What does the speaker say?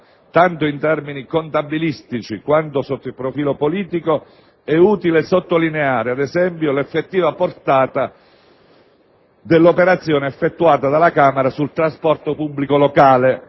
tanto in termini contabilistici quanto sotto il profilo politico, è utile sottolineare, ad esempio, l'effettiva portata dell'operazione effettuata dalla Camera sul trasporto pubblico locale.